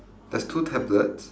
there's two tablets